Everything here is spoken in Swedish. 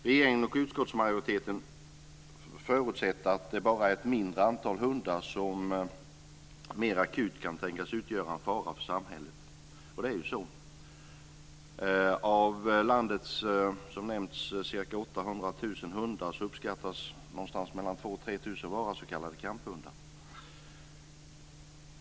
Regeringen och utskottsmajoriteten förutsätter att det bara är ett mindre antal hundar som mer akut kan tänkas utgöra en fara för samhället; och så är det ju. 3 000 vara s.k. kamphundar.